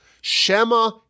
Shema